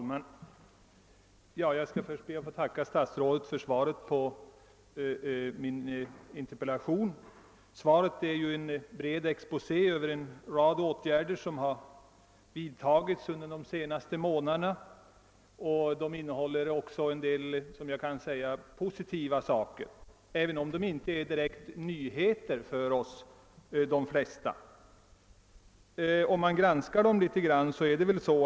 Herr talman! Först ber jag att få tacka statsrådet för svaret på min interpellation. Svaret ger en bred exposé över en rad åtgärder som vidtagits under de senaste månaderna och som innebär en del positiva saker, även om de flesta inte är några direkta nyheter för OSS.